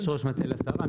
יש ראש מטה לשרה.